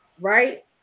right